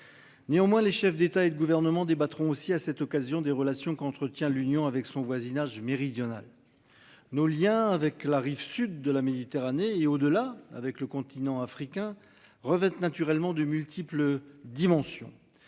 Néanmoins, les chefs d'État et de gouvernement débattront aussi à cette occasion des relations qu'entretient l'Union avec son voisinage méridionale. Nos Liens avec la rive sud de la Méditerranée et au-delà avec le continent africain revêtent naturellement de multiples dimensions.